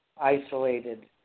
isolated